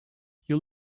you